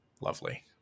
lovely